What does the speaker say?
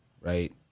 right